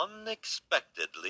unexpectedly